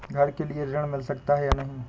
घर के लिए ऋण मिल सकता है या नहीं?